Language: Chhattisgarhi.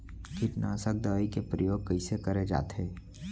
कीटनाशक दवई के प्रयोग कइसे करे जाथे?